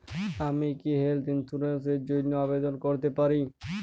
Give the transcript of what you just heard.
আমি কি health insurance র জন্য আবেদন করতে পারি?